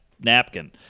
napkin